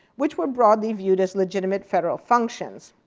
which were broadly viewed as legitimate federal functions.